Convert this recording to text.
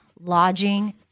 lodging